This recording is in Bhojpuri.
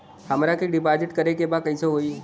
हमरा के डिपाजिट करे के बा कईसे होई?